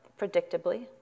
predictably